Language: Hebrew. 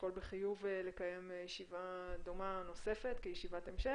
נשקול בחיוב לקיים ישיבה דומה נוספת כישיבת המשך,